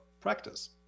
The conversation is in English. practice